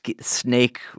snake